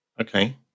Okay